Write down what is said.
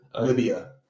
Libya